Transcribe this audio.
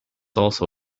also